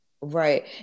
right